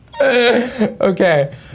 okay